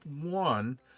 one